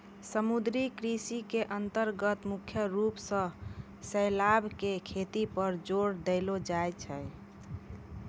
समुद्री कृषि के अन्तर्गत मुख्य रूप सॅ शैवाल के खेती पर जोर देलो जाय छै